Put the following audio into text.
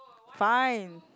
fine